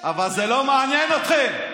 נאשם בשוחד.